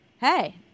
hey